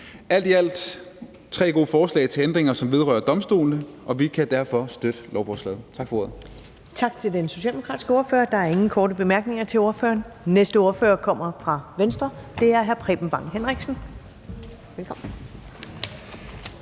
Alt i alt tre gode forslag til ændringer, som vedrører domstolene, og vi kan derfor støtte lovforslaget. Tak for ordet. Kl. 11:19 Første næstformand (Karen Ellemann): Tak til den socialdemokratiske ordfører. Der er ingen korte bemærkninger til ordføreren. Næste ordfører kommer fra Venstre. Det er hr. Preben Bang Henriksen. Velkommen.